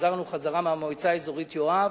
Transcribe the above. כשחזרנו מהמועצה האזורית יואב: